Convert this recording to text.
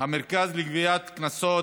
המרכז לגביית קנסות,